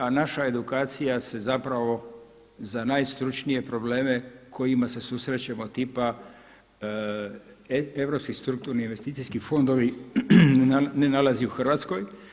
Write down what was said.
A naša edukacija se zapravo za najstručnije probleme kojima se susrećemo tipa europski strukturni investicijski fondovi ne nalazi u Hrvatskoj.